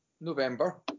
November